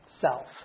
self